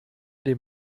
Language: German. dem